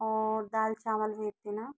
और दाल चावल भेज देना